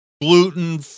gluten